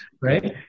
right